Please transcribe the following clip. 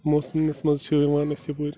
موسمَس منٛز چھِ یِوان اَسہِ یَپٲرۍ